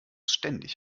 ständig